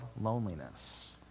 loneliness